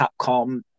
Capcom